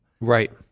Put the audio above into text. Right